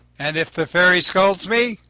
and if the fairy scolds me?